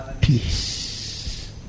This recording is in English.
Peace